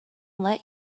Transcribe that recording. let